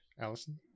Allison